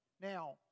Now